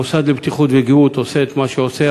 המוסד לבטיחות ולגהות עושה את מה שהוא עושה,